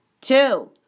Two